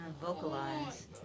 Vocalize